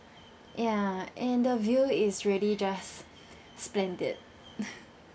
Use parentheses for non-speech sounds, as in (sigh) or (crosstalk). ya and the view is really just splendid (laughs)